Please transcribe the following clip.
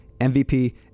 MVP